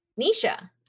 nisha